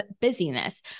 busyness